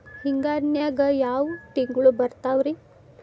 ಹಿಂಗಾರಿನ್ಯಾಗ ಯಾವ ತಿಂಗ್ಳು ಬರ್ತಾವ ರಿ?